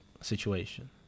situation